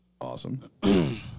Awesome